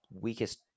weakest